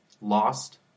lost